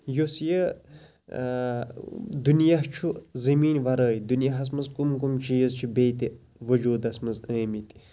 یُس یہِ دُنیاہ چھُ زٔمیٖن وَرٲے دُنیا ہَس مَنٛز کُم کُم چیٖز چھِ بیٚیہِ تہِ وُجودَس مَنٛز آمٕتۍ